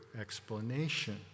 explanation